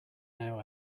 now